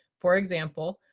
for example,